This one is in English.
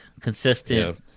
consistent